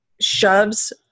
shoves